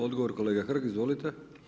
Odgovor kolega Hrg, izvolite.